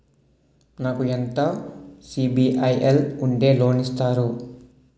నాకు ఎంత సిబిఐఎల్ ఉంటే లోన్ ఇస్తారు?